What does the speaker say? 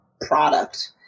product